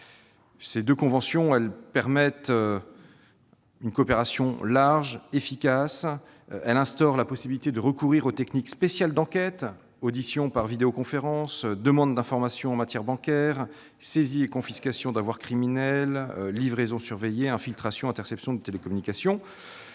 Ces deux conventions prévoient le principe d'une coopération large et efficace. La convention d'entraide judiciaire crée la possibilité de recourir aux techniques spéciales d'enquête : auditions par vidéoconférence, demandes d'informations en matière bancaire, saisies et confiscations d'avoirs criminels, livraisons surveillées, infiltrations et interceptions de télécommunications.